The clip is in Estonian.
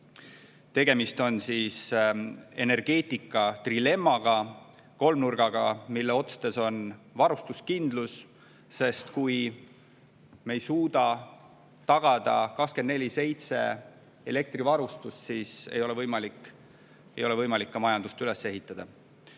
Tegemist on energeetika trilemmaga, kolmnurgaga, mille otstes on esiteks varustuskindlus, sest kui me ei suuda tagada 24/7 elektrivarustust, siis ei ole võimalik ka majandust üles ehitada;